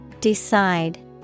Decide